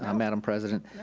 um madam president,